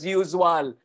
usual